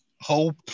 hope